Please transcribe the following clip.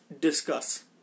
discuss